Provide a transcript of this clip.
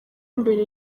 mbere